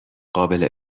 قابل